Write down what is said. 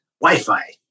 Wi-Fi